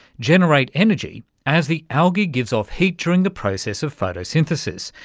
generate energy as the algae gives off heat during the process of photosynthesis,